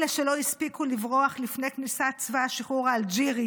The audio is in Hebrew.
אלה שלא הספיקו לברוח לפני כניסת צבא השחרור האלג'ירי